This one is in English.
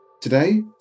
Today